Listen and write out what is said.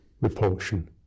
repulsion